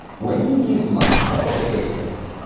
when you use must for obligations,